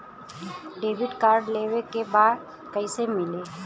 Debit card लेवे के बा कईसे मिली?